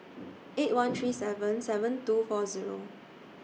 eight one three seven seven two four Zero